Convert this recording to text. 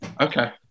Okay